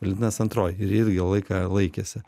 valentinas antroj ir ilgą laiką laikėsi